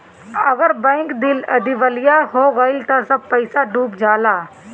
अगर बैंक दिवालिया हो गइल त सब पईसा डूब जाला